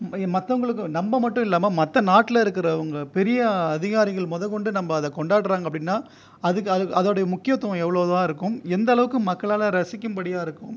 மற்றவங்களுக்கும் நம்ம மட்டும் இல்லாமல் மற்ற நாட்டில் இருக்கிறவங்க பெரிய அதிகாரிகள் மொதற்கொண்டு நம்ம அதை கொண்டாடுகிறாங்க அப்படின்னால் அதுக்கு அது அதோடய முக்கியத்துவம் எவ்வளோதா இருக்கும் எந்த அளவுக்கு மக்களால் ரசிக்கும்படியாக இருக்கும்